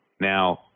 now